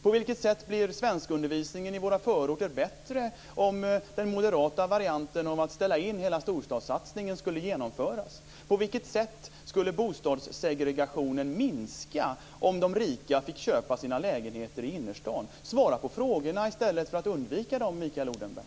På vilket sätt blir svenskundervisningen i våra förorter bättre om den moderata varianten att ställa in hela storstadssatsningen skulle genomföras? På vilket sätt skulle bostadssegregationen minska om de rika fick köpa sina lägenheter i innerstan? Svara på frågorna i stället för att undvika dem,